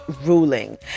ruling